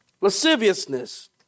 lasciviousness